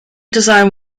design